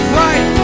right